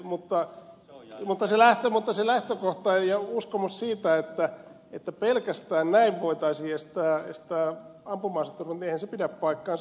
mutta eihän se lähtökohta ja uskomus siihen että pelkästään näin voitaisiin estää ampuma aseturmat pidä paikkaansa